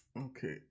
Okay